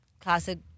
classic